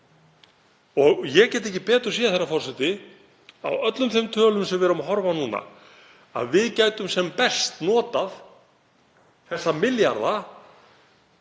Ég get ekki betur séð, herra forseti, á öllum þeim tölum sem við erum að horfa á núna en að við gætum sem best notað þessa milljarða